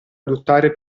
adottare